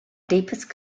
deepest